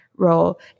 role